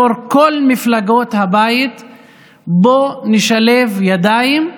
בתור כל המפלגות: בואו נשלב ידיים,